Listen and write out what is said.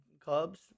clubs